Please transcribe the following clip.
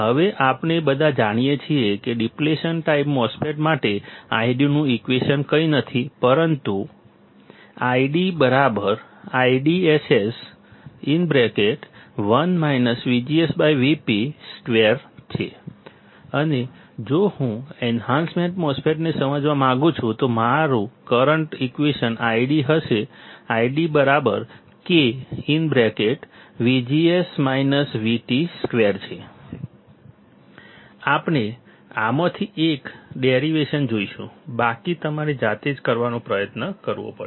હવે આપણે બધા જાણીએ છીએ કે ડીપ્લેશન ટાઈપ MOSFET માટે ID નું ઈક્વેશન કંઈ નથી પરંતુ ID IDSS 1 VGSVp2 અને જો હું એન્હાન્સમેન્ટ ટાઈપ MOSFET ને સમજવા માંગુ છું તો મારું કરંટ ઈક્વેશન ID હશે ID K 2 આપણે આમાંથી એક ડેરિવેશન જોઈશું બાકી તમારે જાતે જ કરવાનો પ્રયાસ કરવો પડશે